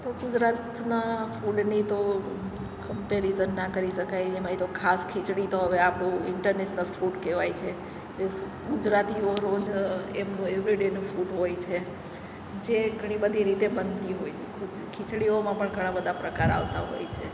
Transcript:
તો ગુજરાતના ફૂડની તો કંપેરિઝન ના કરી શકાય એમાંય તો ખાસ ખીચડી તો હવે આપણું ઇન્ટરનેશનલ ફૂડ કહેવાય છે જે ગુજરાતીઓ રોજ એમનું એવરીડેનું ફૂડ હોય છે જે ઘણી બધી રીતે બનતી હોય છે ખીચડીઓમાં પણ ઘણા બધા પ્રકાર આવતા હોય છે